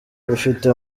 ifite